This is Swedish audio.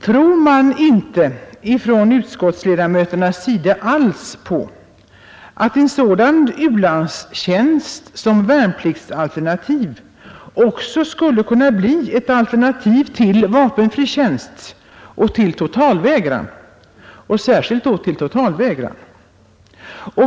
Tror utskottsledamöterna inte alls på att u-landstjänst som värnpliktsalternativ också skulle kunna bli ett alternativ till vapenfri tjänst och till totalvägran — särskilt då till totalvägran?